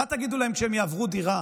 מה תגידו לה כשהם יעברו דירה